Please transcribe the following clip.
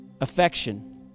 Affection